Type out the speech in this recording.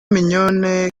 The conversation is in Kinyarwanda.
mignonne